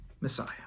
Messiah